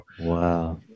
Wow